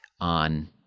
on